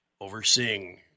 overseeing